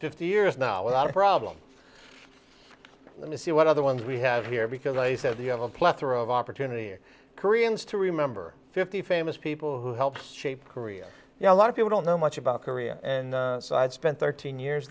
fifty years now without a problem let's see what other ones we have here because i said you have a plethora of opportunity here koreans to remember fifty famous people who helped shape career you know a lot of people don't know much about korea and so i had spent thirteen years